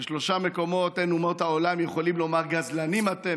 שעל שלושה מקומות אין אומות העולם יכולים לומר "גזלנים אתם",